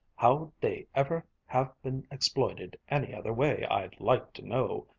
how'd they ever have been exploited any other way i'd like to know!